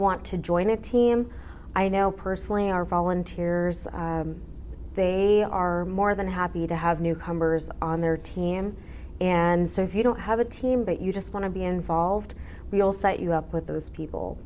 want to join a team i know personally are volunteers they are more than happy to have newcomers on their team and so if you don't have a team that you just want to be involved we'll set you up with those people